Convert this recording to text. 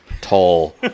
tall